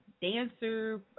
dancer